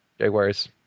Jaguars